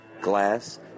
Glass